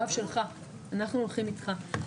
הגב שלך, אנחנו הולכים איתך.